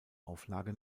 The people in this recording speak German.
auflage